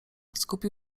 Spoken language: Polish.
skupił